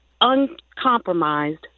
uncompromised